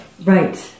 right